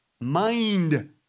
Mind